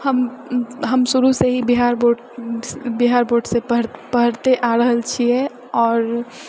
हम हम शुरूसँ ही बिहार बोर्ड बिहार बोर्ड से पढ़ पढ़ते आ रहल छिऐ आओर